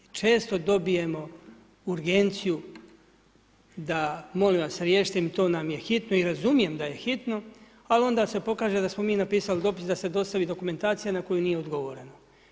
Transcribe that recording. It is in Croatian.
Često dobijemo urgenciju, da molim vas, riješite to nam je hitno i razumijem da je hitno, ali onda se pokaže da smo mi napisali dopis da se dostavi dokumentacija na koju nije odgovoreno.